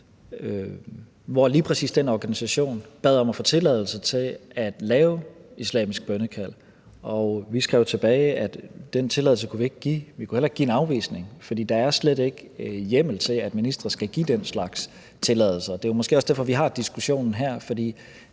hvor lige præcis den organisation bad om at få tilladelse til at lave islamisk bønnekald. Vi skrev tilbage, at den tilladelse kunne vi ikke give – vi kunne heller ikke give en afvisning. For der er slet ikke hjemmel til, at ministre skal give den slags tilladelser. Og det er måske også derfor, vi har diskussionen her.